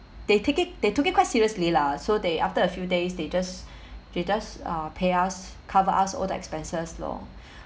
they take it they took it quite seriously lah so they after a few days they just they just uh pay us cover us all the expenses lor